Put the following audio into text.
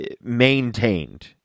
maintained